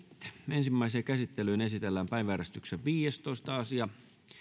ensimmäiseen käsittelyyn esitellään päiväjärjestyksen viidestoista asia